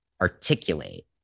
articulate